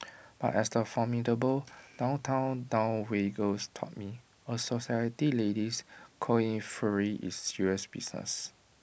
but as the formidable downtown dowagers taught me A society lady's coiffure is serious business